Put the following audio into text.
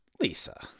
Lisa